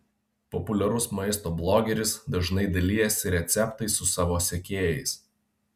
populiarus maisto blogeris dažnai dalijasi receptais su savo sekėjais